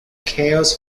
chaos